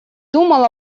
думал